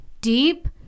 deep